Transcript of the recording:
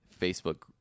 Facebook